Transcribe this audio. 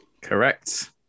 Correct